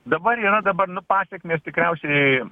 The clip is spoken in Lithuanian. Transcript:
dabar yra dabar nu pasekmės tikriausiai